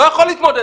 לא יכול להתמודד.